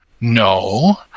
no